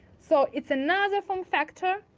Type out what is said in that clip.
so it's another fun factor.